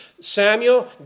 Samuel